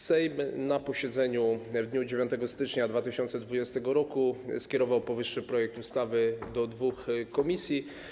Sejm na posiedzeniu w dniu 9 stycznia 2020 r. skierował powyższy projekt ustawy do dwóch komisji.